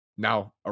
now